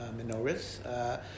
menorahs